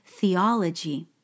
theology